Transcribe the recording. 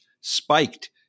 spiked